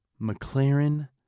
McLaren